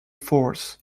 force